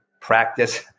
practice